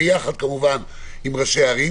ביחד כמובן עם ראשי הערים,